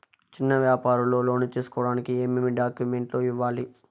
చిన్న వ్యాపారులు లోను తీసుకోడానికి ఏమేమి డాక్యుమెంట్లు ఇవ్వాలి?